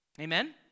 Amen